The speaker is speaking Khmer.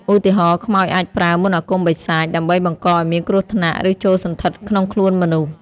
ឧទាហរណ៍ ខ្មោចអាចប្រើ មន្តអាគមបិសាច ដើម្បីបង្កឲ្យមានគ្រោះថ្នាក់ ឬចូលសណ្ឋិតក្នុងខ្លួនមនុស្ស។